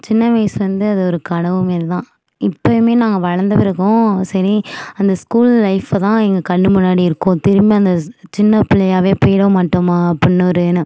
சின்ன வயசுலருந்து அது ஒரு கனவு மாரி தான் இப்பயுமே நாங்கள் வளர்ந்த பிறகும் சரி அந்த ஸ்கூல் லைஃப தான் எங்கள் கண்ணு முன்னாடி இருக்கும் திரும்பி அந்த சின்னப்பிள்ளையாகவே போயிற மாட்டோம்மா அப்படின்னு ஒரு எண்ணம்